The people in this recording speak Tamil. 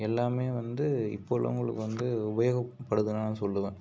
எல்லாமே வந்து இப்போ உள்ளவர்களுக்கு வந்து உபயோகப்படுதுன்னு தான் சொல்லுவேன்